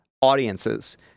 audiences